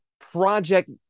project